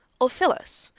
ulphilas,